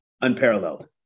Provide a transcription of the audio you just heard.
unparalleled